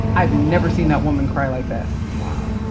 i've never seen that woman cry like that. wow.